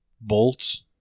bolts